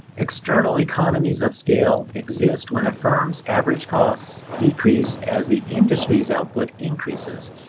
external economies of scale exist when a firm's average costs decrease as the industry's output increases.